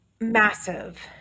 massive